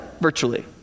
virtually